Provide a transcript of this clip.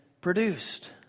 produced